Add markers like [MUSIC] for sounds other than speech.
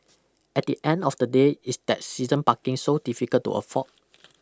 at the end of the day is that season parking so difficult to afford [NOISE]